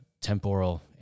temporal